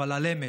אבל על אמת,